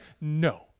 no